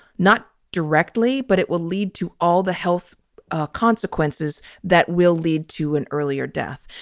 not directly, but it will lead to all the health ah consequences that will lead to an earlier death.